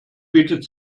bietet